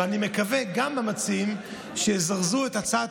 ואני מקווה גם שהמציעים יזרזו את הצעת